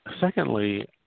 secondly